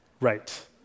right